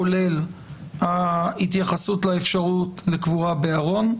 כולל התייחסות לאפשרות לקבורה בארון,